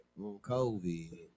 COVID